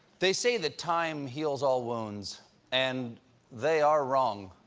they say that time heals all wounds and they are wrong.